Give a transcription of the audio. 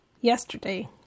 yesterday